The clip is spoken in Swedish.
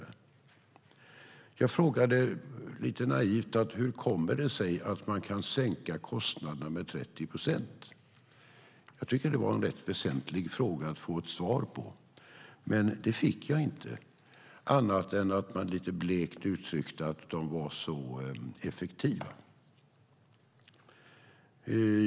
Jag frågade lite naivt hur det kommer sig att man kan sänka kostnaderna med 30 procent. Jag tycker att det var en rätt väsentlig fråga att få ett svar på, men det fick jag inte annat än att man lite blekt uttryckte att de var så effektiva.